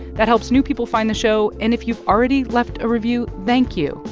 that helps new people find the show. and if you've already left a review, thank you.